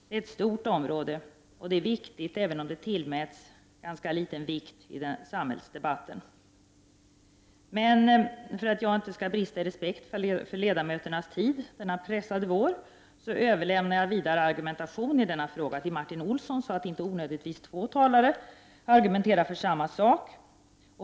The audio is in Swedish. Det är ett stort område, och det är viktigt, även om det tillmäts liten vikt i samhällsdebatten. För att jag inte skall brista i respekt för ledamöternas tid denna pressade vår överlämnar jag vidare argumentation i denna fråga till Martin Olsson, så att inte två talare onödigtvis argumenterar för samma sak.